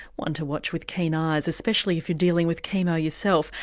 one to watch with keen eyes especially if you're dealing with chemo yourself.